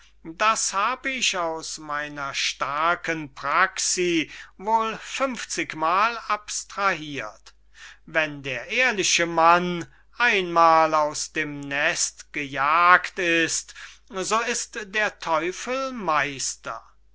das hab ich aus meiner starken praxi wohl fünfzigmal abstrahirt wenn der ehrliche mann einmal aus dem nest gejagt ist so ist der teufel meister